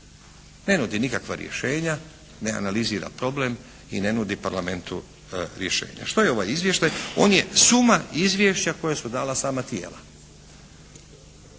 Ne nudi nikakva rješenja, ne analizira problem i ne nudi Parlamentu rješenje. Što je ovaj izvještaj? On je suma izvješća koja su dala sama tijela.